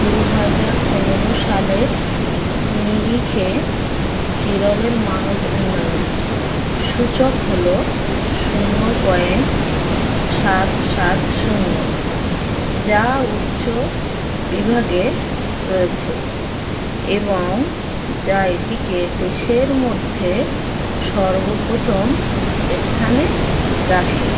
দু হাজার পনেরো সালের নিরিখে কেরলের মানব উন্নয়ন সূচক হলো শূন্য পয়েন্ট সাত সাত শূন্য যা উচ্চ বিভাগে রয়েছে এবং যা এটিকে দেশের মধ্যে সর্বপ্রথম স্থানে রাখে